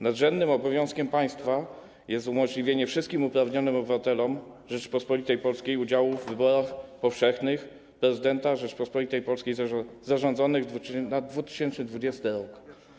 Nadrzędnym obowiązkiem państwa jest umożliwienie wszystkim uprawnionym obywatelom Rzeczypospolitej Polskiej udziału w wyborach powszechnych na prezydenta Rzeczypospolitej Polskiej zarządzonych w 2020 r.